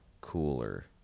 Cooler